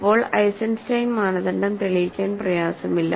ഇപ്പോൾ ഐസൻസ്റ്റൈൻ മാനദണ്ഡം തെളിയിക്കാൻ പ്രയാസമില്ല